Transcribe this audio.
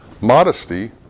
modesty